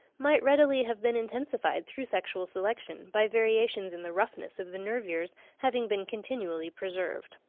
might readily have been intensified through sexual selection, by variations in the roughness of the nervures having been continually preserved.